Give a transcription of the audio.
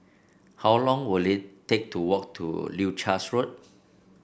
how long will it take to walk to Leuchars Road